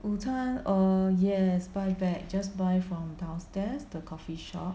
午餐 err yes buy back just buy from downstairs the coffeeshop